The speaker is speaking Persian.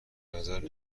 نظر